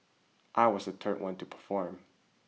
I was the third one to perform